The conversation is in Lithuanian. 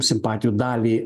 simpatijų dalį